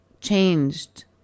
changed